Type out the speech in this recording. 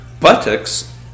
buttocks